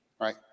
right